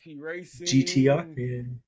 GTR